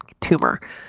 tumor